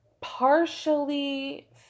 partially